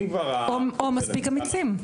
אם כבר -- או מספיק אמיצים.